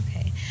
Okay